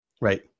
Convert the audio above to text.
right